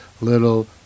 little